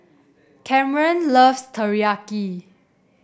Kamren loves Teriyaki